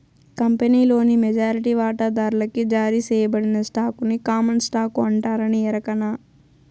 కంపినీలోని మెజారిటీ వాటాదార్లకి జారీ సేయబడిన స్టాకుని కామన్ స్టాకు అంటారని ఎరకనా